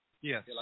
yes